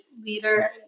leader